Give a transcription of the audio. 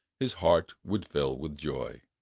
his heart would fill with joy.